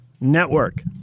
Network